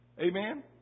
Amen